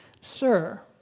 Sir